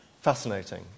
fascinating